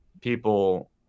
people